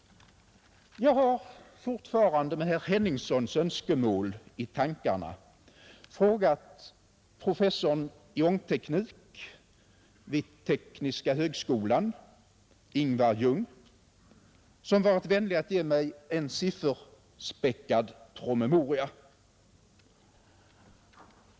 Jag har — fortfarande med herr Henningssons önskemål i tankarna — frågat professorn i ångteknik vid tekniska högskolan, Ingvar Jung, som varit vänlig att ge mig en sifferspäckad promemoria.